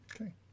Okay